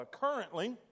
currently